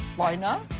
why not?